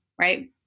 right